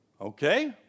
Okay